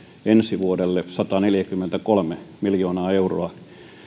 ensi vuodelle sataneljäkymmentäkolme miljoonaa euroa